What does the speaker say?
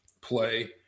play